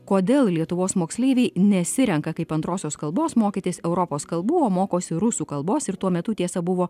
kodėl lietuvos moksleiviai nesirenka kaip antrosios kalbos mokytis europos kalbų o mokosi rusų kalbos ir tuo metu tiesa buvo